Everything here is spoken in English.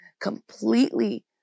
completely